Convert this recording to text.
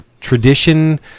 tradition